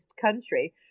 country